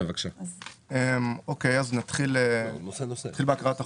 נתחיל בהקראת החוק?